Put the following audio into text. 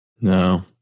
No